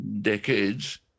decades